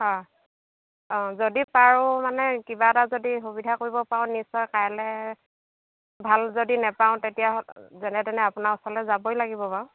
অঁ অঁ যদি পাৰোঁ মানে কিবা এটা যদি সুবিধা কৰিব পাৰোঁ নিশ্চয় কাইলৈ ভাল যদি নেপাওঁ তেতিয়া যেনে তেনে আপোনাৰ ওচৰলৈ যাবই লাগিব বাৰু